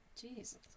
Jesus